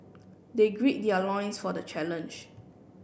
they grid their loins for the challenge